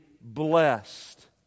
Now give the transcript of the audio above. blessed